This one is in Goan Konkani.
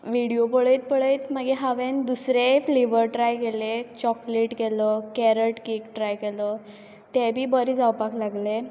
व्हिडियो पळयत पळयत मागीर हांवें दुसरेय फ्लेवर ट्राय केले चॉकलेट केलो केरट कॅक ट्राय केलो ते बी बरे जावपाक लागले